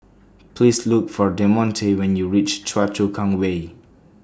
Please Look For Demonte when YOU REACH Choa Chu Kang Way